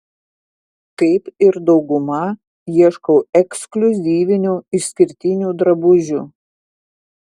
kaip ir dauguma ieškau ekskliuzyvinių išskirtinių drabužių